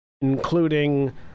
including